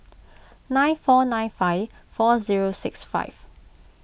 nine four nine five four zero six five